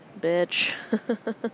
Bitch